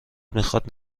میخاد